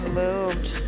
moved